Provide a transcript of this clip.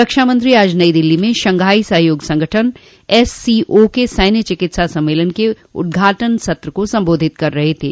रक्षामंत्री आज नई दिल्ली में शंघाई सहयोग संगठन एससीओ के सैन्य चिकित्सा सम्मेलन के उद्घाटन सत्र को संबोधित कर रहे थे